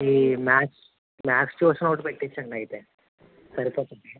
ఈ maths maths tuition ఒకటి పెట్టించండి అయితే సరిపోతుంది